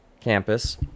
campus